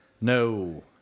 No